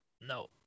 No